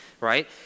right